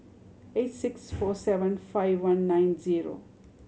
eight six four seven five one nine zero